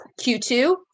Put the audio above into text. Q2